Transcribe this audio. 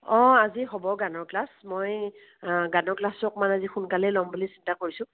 অঁ আজি হ'ব গানৰ ক্লাছ মই গানৰ ক্লাছ আজি অলপ সোনকালে ল'ম বুলি চিন্তা কৰিছোঁ